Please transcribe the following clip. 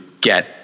get